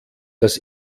das